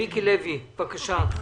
מיקי לוי, בבקשה.